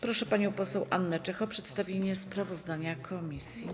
Proszę panią poseł Annę Czech o przedstawienie sprawozdania komisji.